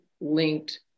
linked